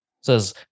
says